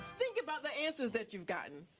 think about the answers that you've gotten.